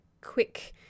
quick